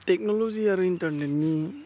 technology आरो इन्टारनेटनि